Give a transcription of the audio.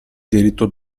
diritto